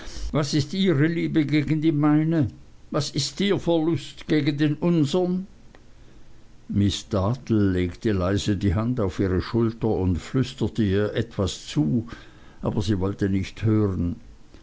was ist ihre liebe gegen die meine was ist ihr verlust gegen den unsern miß dartle legte leise die hand auf ihre schulter und flüsterte ihr etwas zu aber sie wollte nicht hören